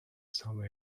some